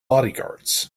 bodyguards